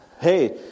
Hey